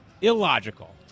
illogical